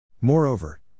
Moreover